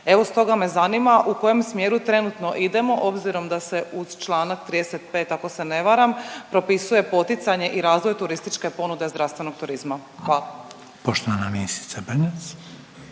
Evo stoga me zanima u kojem smjeru trenutno idemo, obzirom da se uz čl. 35. ako se ne varam, propisuje poticanje i razvoj turističke ponude zdravstvenog turizma. Hvala. **Reiner, Željko